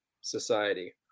society